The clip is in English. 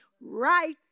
right